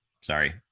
Sorry